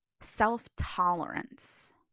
self-tolerance